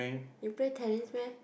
you play tennis meh